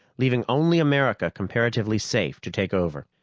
leaving only america comparatively safe to take over.